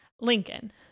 Lincoln